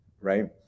Right